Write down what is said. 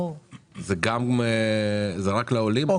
זה רק לעולים?